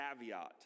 caveat